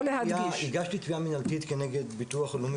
הגשתי תביעה מינהלתית נגד הביטוח הלאומי